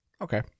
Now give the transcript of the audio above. Okay